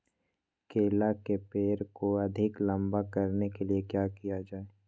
केला के पेड़ को अधिक लंबा करने के लिए किया किया जाए?